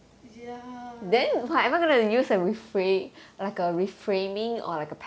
ya